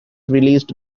released